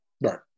Right